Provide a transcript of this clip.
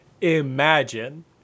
imagine